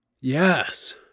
Yes